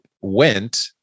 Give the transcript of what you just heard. went